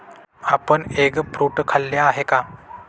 आपण egg fruit खाल्ले आहे का?